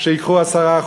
שייקחו 10%,